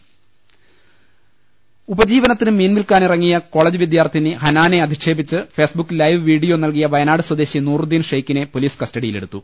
രുട്ട്ട്ട്ട്ട്ട്ട്ട ഉപജീവനത്തിന് മീൻ വിൽക്കാനിറങ്ങിയ കോളജ് വിദ്യാർത്ഥിനി ഹനാനെ അധിക്ഷേപിച്ച് ഫേസ്ബുക്ക് ലൈവ് വീഡിയോ നൽകിയ വയ നാട് സ്വദേശി നൂറുദ്ദീൻ ഷെയ്ക്കിനെ പൊലീസ് കസ്റ്റഡിയിലെടുത്തു